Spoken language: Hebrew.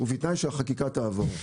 ובתנאי שהחקיקה תעבור.